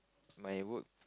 my work